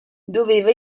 doveva